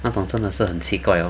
那种真的是很奇怪 hor